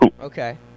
Okay